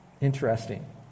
Interesting